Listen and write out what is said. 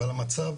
אבל המצב